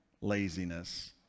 laziness